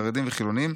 חרדים וחילונים,